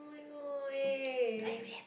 no way